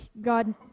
God